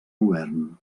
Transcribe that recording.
govern